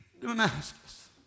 Damascus